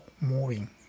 moving